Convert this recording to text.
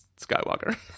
Skywalker